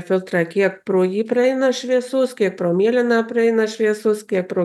filtrą kiek pro jį praeina šviesos kaip pro mėlyną praeina šviesus kiek pro